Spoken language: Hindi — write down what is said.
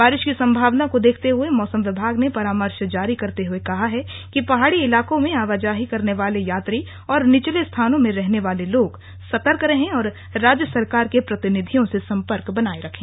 बारिश की संभावना को देखते हुए मौसम विभाग ने परामर्श जारी करते हुए कहा कि पहाड़ी इलाकों में आवाजाही करने वाले यात्री और निचले स्थानों में रहने वाले लोग सतर्क रहें और राज्य सरकार के प्रतिनिधियों से संपर्क बनाए रखें